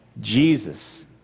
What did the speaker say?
Jesus